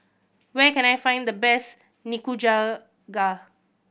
where can I find the best Nikujaga